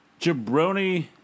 Jabroni